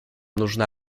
нужна